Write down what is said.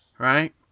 Right